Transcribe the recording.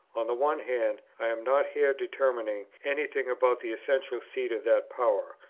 on the one hand, i am not here determining any thing about the essential seat of that power,